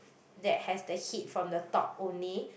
that has the heat from the top only